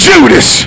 Judas